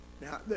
now